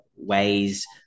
ways